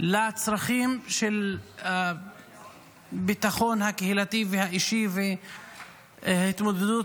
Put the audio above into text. לצרכים של הביטחון הקהילתי והאישי וההתמודדות